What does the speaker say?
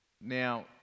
Now